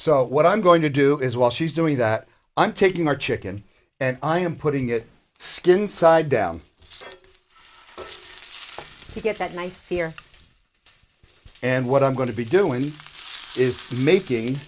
so what i'm going to do is while she's doing that i'm taking our chicken and i am putting it skin side down to get that my fear and what i'm going to be doing is making